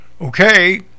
Okay